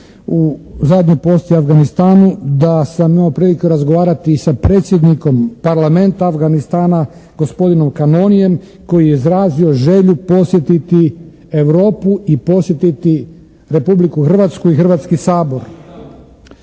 u zadnjoj posjeti Afganistanu da sam imao prilike razgovarati i sa predsjednikom Parlamenta Afganistana gospodinom Kanonijem koji je izrazio želju posjetiti Europu i posjetiti Republiku Hrvatsku i Hrvatski sabor.